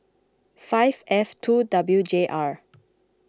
five F two W J R